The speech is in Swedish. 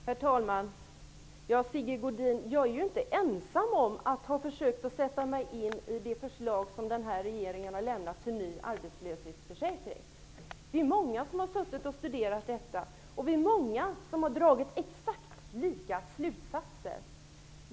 Herr talman! Jag är inte ensam om, Sigge Godin, att ha försökt sätta mig in i det förslag som denna regering har lämnat om ny arbetslöshetsförsäkring. Vi är många som studerat det. Vi är också många som dragit exakt lika slutsatser.